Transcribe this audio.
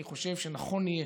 אני חושב שנכון יהיה